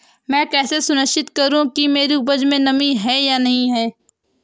मैं कैसे सुनिश्चित करूँ कि मेरी उपज में नमी है या नहीं है?